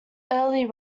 early